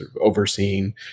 overseeing